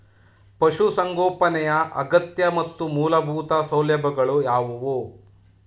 ಪಶುಸಂಗೋಪನೆಯ ಅಗತ್ಯ ಮತ್ತು ಮೂಲಭೂತ ಸೌಲಭ್ಯಗಳು ಯಾವುವು?